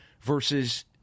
versus